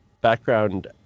background